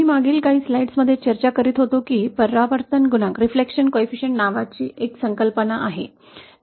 मी मागील काही स्लाइड्समध्ये चर्चा करीत होतो की परावर्तन गुणांक नावाची संकल्पना आहे